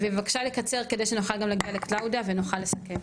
בבקשה לקצר כדי שנוכל להגיע גם לקלאודיה ונוכל לסכם.